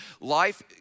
life